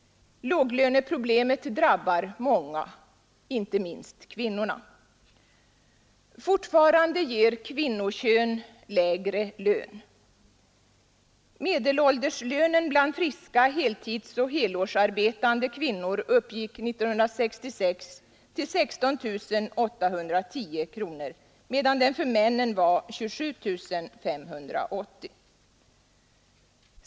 Låglöneproblemet drabbar många, inte minst kvinnorna. Fortfarande ger kvinnokön lägre lön. Medelårslönen bland friska heltidsoch helårsarbetande kvinnor uppgick 1966 till 16 810 kronor, medan den för männen var 27 580 kronor.